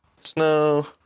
Snow